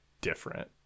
different